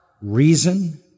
reason